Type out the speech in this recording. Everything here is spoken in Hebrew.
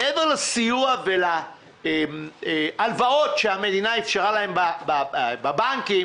מעבר לסיוע ולהלוואות שהמדינה אפשרה להם בבנקים